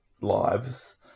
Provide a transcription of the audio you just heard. lives